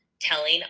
telling